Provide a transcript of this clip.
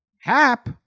Hap